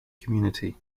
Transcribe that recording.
community